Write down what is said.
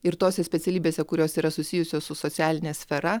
ir tose specialybėse kurios yra susijusios su socialine sfera